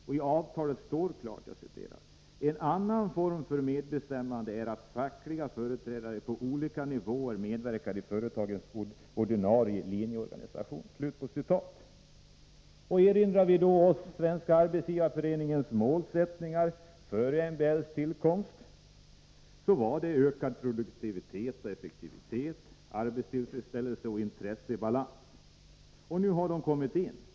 I avtalet står klart: ”En annan form för medbestämmande är att fackliga företrädare på olika nivåer medverkar i företagets ordinarie linjeorganisation.” Erinrar vi oss då Svenska arbetsgivareföreningens målsättning före MBL:s tillkomst, så var det ökad produktivitet och effektivitet, arbetstillfredsställelse och intresse i balans. Nu har de kommit med.